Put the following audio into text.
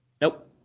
Nope